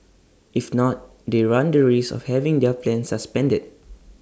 if not they run the risk of having their plan suspended